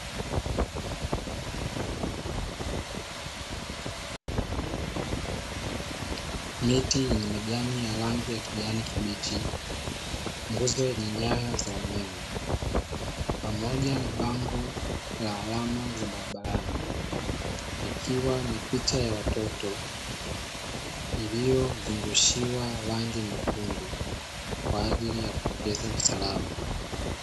Miti yenye majani ya rangi ya kijani kibichi, nguzo yenye nyaya za umeme, pamoja na bango la alama za barabarani, ikiwa na picha ya watoto iliyozungushiwa rangi nyekundu kwajili ya kuongeza usalama.